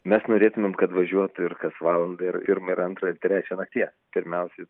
mes norėtumėm kad važiuotų ir kas valandą ir ir pirmą ir antrą ir trečią nakties pirmiausiai